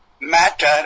matter